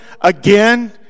again